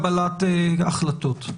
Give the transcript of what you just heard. קבלת החלטות.